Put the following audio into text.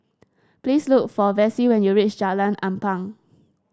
please look for Vessie when you reach Jalan Ampang